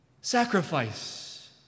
sacrifice